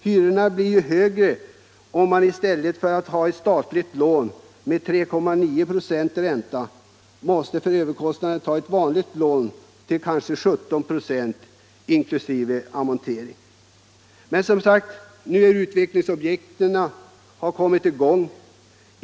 Hyrorna blir högre om man i stället för ett statligt lån med 3,9 96 ränta måste ta ett vanligt lån till kanske 17 96 ränta inkl. amortering. Men, som sagt, nu har utvecklingsprojektet kommit i gång.